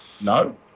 No